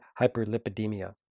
hyperlipidemia